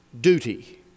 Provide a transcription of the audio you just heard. duty